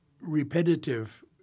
repetitive